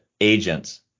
agents